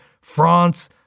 France